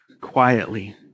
quietly